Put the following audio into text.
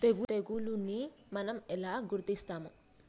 తెగులుని మనం ఎలా గుర్తిస్తాము?